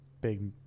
big